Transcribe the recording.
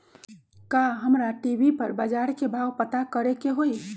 का हमरा टी.वी पर बजार के भाव पता करे के होई?